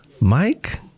mike